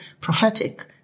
prophetic